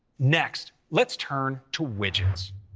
next, let's turn to widgets.